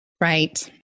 Right